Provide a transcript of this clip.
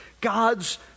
God's